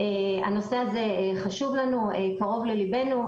הנושא הזה חשוב לנו, קרוב לליבנו.